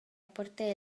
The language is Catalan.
aporte